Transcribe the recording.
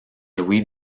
louis